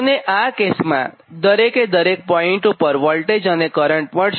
અને આ કેસમાં દરેકે દરેક પોઇન્ટ પર વોલ્ટેજ અને કરંટ બદલાશે